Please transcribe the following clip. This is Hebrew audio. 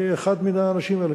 אני אחד מן האנשים האלה,